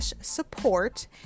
support